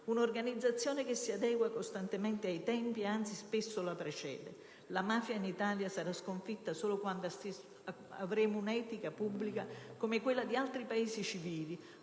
Un'organizzazione che si adegua costantemente ai tempi, anzi spesso la precede. La mafia in Italia sarà sconfitta solo quando avremo un'etica pubblica come quella di altri Paesi civili